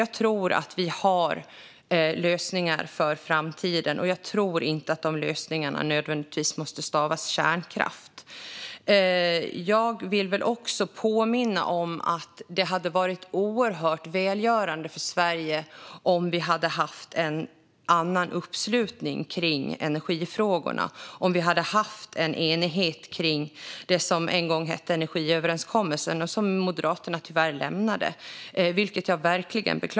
Jag tror att vi har lösningar för framtiden, och jag tror inte att de lösningarna nödvändigtvis måste stavas "kärnkraft". Jag vill också påminna om att det hade varit oerhört välgörande för Sverige om vi hade haft en annan uppslutning kring energifrågorna, om vi hade haft en enighet kring det som en gång hette energiöverenskommelsen och som Moderaterna tyvärr lämnade. Detta beklagar jag verkligen.